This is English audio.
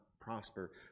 prosper